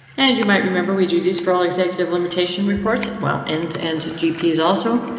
and you might remember we do these for all executive limitation reports. it well. ends and gps also.